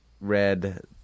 read